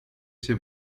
się